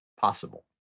possible